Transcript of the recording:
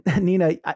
Nina